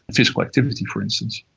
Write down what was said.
physical activity for instance.